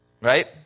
right